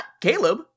Caleb